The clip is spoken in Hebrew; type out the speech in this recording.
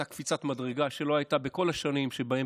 הייתה קפיצת מדרגה שלא הייתה בכל השנים שבהן